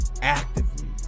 actively